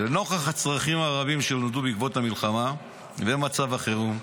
לנוכח הצרכים הרבים שנולדו בעקבות המלחמה ומצב החירום,